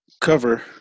cover